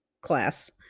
class